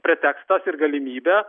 pretekstas ir galimybė